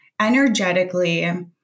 energetically